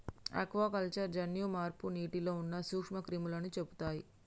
aquaculture జన్యు మార్పు నీటిలో ఉన్న నూక్ష్మ క్రిములని చెపుతయ్